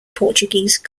portuguese